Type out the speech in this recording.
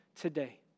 today